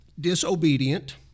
disobedient